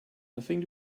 nothing